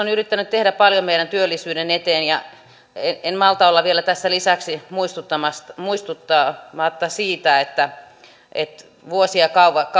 on yrittänyt tehdä paljon meidän työllisyyden eteen ja en en malta olla vielä tässä lisäksi muistuttamatta muistuttamatta siitä että että vuosia